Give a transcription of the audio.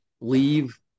leave